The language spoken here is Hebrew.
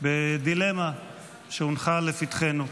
בדילמה שהונחה לפתחנו.